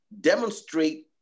demonstrate